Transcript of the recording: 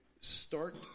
start